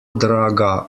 draga